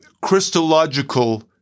Christological